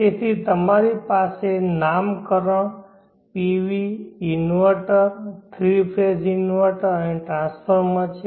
તેથી તમારી પાસે નામકરણ PV inverter three phase inverter અને ટ્રાન્સફોર્મર છે